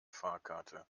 fahrkarte